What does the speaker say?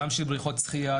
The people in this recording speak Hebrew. גם בריכות שחייה,